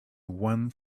one